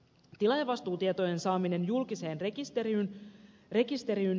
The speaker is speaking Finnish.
tilaajavastuutietojen saaminen julkiseen rekisteriin